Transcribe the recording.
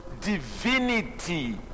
divinity